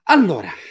Allora